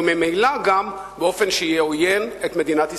וממילא גם באופן שיהיה עוין את מדינת ישראל.